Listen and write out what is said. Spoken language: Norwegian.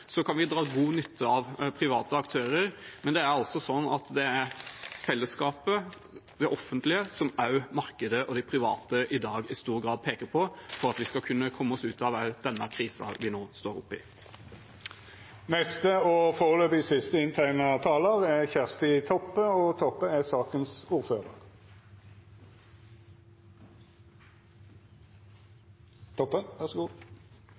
Vi kan dra god nytte av private aktører, men det er fellesskapet – det offentlige – som også markedet og de private i dag i stor grad peker på for at vi skal kunne komme oss ut av denne krisen vi nå står i. Det gjeld dei to lause forslaga igjen. Det er